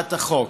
מהצעת החוק: